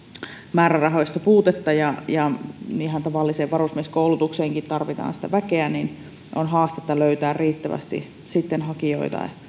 määrärahoista puutetta ja ja kun tavalliseen varusmieskoulutukseenkin tarvitaan väkeä niin on haastetta löytää riittävästi hakijoita